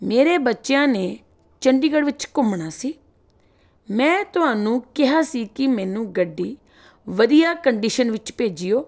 ਮੇਰੇ ਬੱਚਿਆਂ ਨੇ ਚੰਡੀਗੜ੍ਹ ਵਿੱਚ ਘੁੰਮਣਾ ਸੀ ਮੈਂ ਤੁਹਾਨੂੰ ਕਿਹਾ ਸੀ ਕਿ ਮੈਨੂੰ ਗੱਡੀ ਵਧੀਆ ਕੰਡੀਸ਼ਨ ਵਿੱਚ ਭੇਜਿਓ